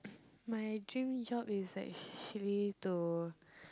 my dream job is actually to